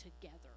together